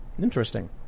Interesting